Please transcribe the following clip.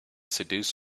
seduce